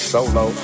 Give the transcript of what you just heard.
Solo